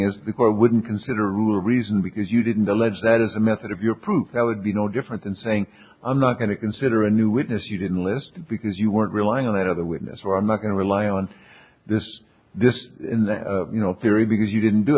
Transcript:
is the court wouldn't consider rule reason because you didn't allege that as a method of your proof that would be no different than saying i'm not going to consider a new witness you didn't list because you weren't relying on that other witness or i'm not going to rely on this this you know theory because you didn't do